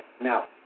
Now